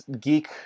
geek